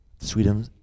Sweden